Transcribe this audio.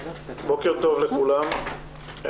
בוקר טוב לכולם,